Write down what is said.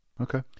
Okay